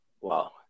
Wow